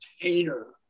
container